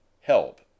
help